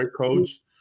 coach